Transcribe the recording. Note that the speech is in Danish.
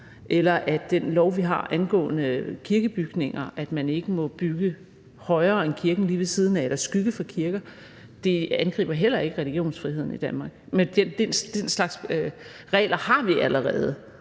gælder den lov, vi har angående kirkebygninger, om, at man ikke må bygge højere end kirken lige ved siden af eller skygge for kirken. Det angriber heller ikke religionsfriheden i Danmark. Den slags regler har vi allerede,